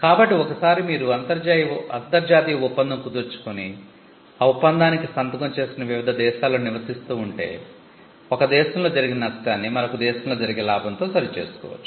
కాబట్టి ఒకసారి మీరు అంతర్జాతీయ ఒప్పందం కుదుర్చుకుని ఆ ఒప్పందానికి సంతకం చేసిన వివిధ దేశాలలో నివసిస్తూ ఉంటే ఒక దేశంలో జరిగిన నష్టాన్ని మరొక దేశంలో జరిగే లాభంతో సరిచేసుకోవచ్చు